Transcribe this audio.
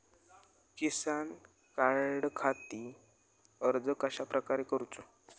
किसान कार्डखाती अर्ज कश्याप्रकारे करूचो?